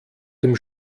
dem